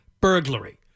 burglary